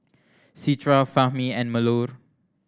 Citra Fahmi and Melur